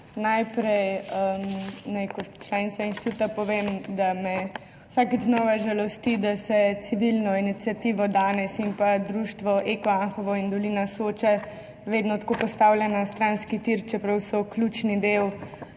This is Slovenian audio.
Najprej naj kot članica inštituta povem, da me vsakič znova žalosti, da se civilno iniciativo Danes in društvo EKO Anhovo in dolina Soče vedno tako postavlja na stranski tir, čeprav so ključni del